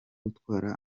gutwara